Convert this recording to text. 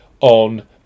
on